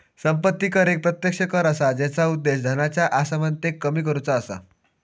संपत्ती कर एक प्रत्यक्ष कर असा जेचा उद्देश धनाच्या असमानतेक कमी करुचा असा